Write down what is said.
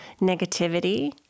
negativity